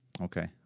Okay